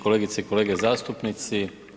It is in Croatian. Kolegice i kolege zastupnici.